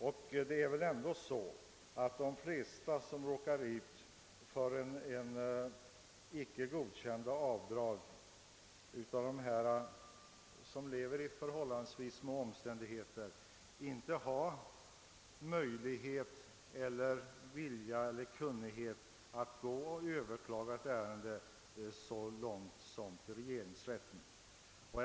De flesta människor, som l1lever i förhållandevis små omständigheter och som råkar ut för att inte få sina avdrag godkända, har nog inte möjlighet, vilja eller kunnighet att gå så långt som till regeringsrätten med överklagande av ett beslut.